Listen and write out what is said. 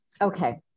Okay